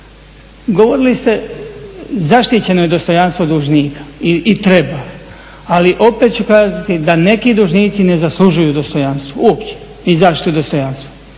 Govorili ste, zaštićeno je dostojanstvo dužnika, i treba, ali opet ću kazati da neki dužnici ne zaslužuju dostojanstvo, uopće i zaštitu dostojanstva.